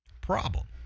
Problem